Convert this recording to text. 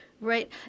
Right